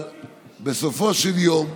בסופו של יום,